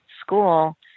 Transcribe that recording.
school